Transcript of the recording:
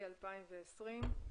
התש"ף-2020.